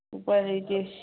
ꯎꯄꯥꯏ ꯂꯩꯇꯦ